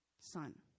son